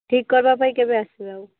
ଠିକ୍ କରିବା ପାଇଁ କେବେ ଆସିବେ ଆଉ